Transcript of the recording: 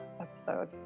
episode